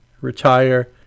retire